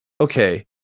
okay